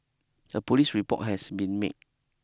a police report has been made